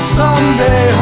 someday